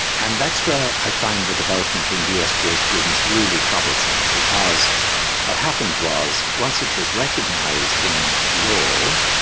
and that's where i find the development in us jurisprudence really troublesome, because what happened was, once it was recognised in law,